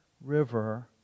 River